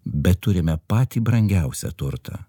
bet turime patį brangiausią turtą